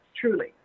Truly